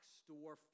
store